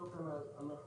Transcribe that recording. אותו כנ"ל,